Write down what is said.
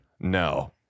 No